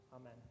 Amen